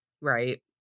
Right